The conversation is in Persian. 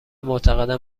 معتقدم